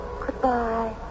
Goodbye